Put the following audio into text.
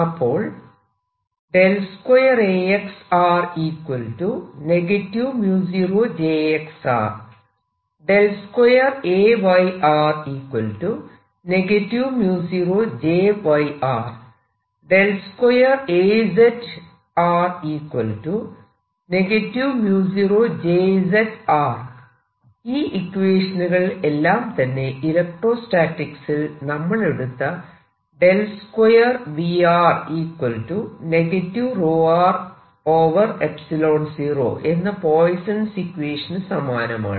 അപ്പോൾ ഈ ഇക്വേഷനുകൾ എല്ലാം തന്നെ ഇലക്ട്രോസ്റ്റാറ്റിക്സിൽ നമ്മളെടുത്ത 2 V 0 എന്ന പോയിസോൺസ് ഇക്വേഷനു സമാനമാണ്